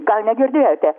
gal negirdėjote